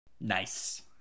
Nice